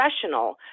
professional